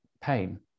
pain